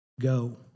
Go